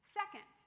second